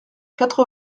quatre